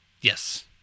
yes